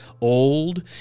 old